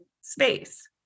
space